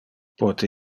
pote